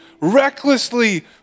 recklessly